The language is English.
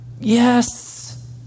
Yes